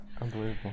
Unbelievable